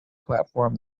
platform